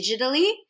digitally